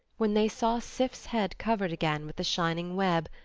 when they saw sif's head covered again with the shining web,